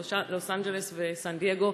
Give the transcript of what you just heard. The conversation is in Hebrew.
לוס אנג'לס וסן דייגו.